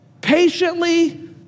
patiently